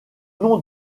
nom